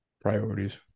Priorities